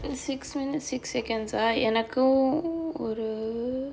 six minutes six seconds ah எனக்கும் ஒரு:ennakum oru